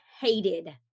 hated